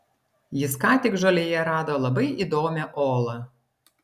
jis ką tik žolėje rado labai įdomią olą